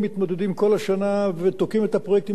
ותוקעים את הפרויקטים ארוכי-הטווח זה לזה.